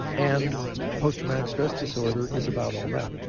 and post-traumatic stress disorder is about all that.